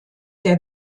der